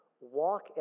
Walk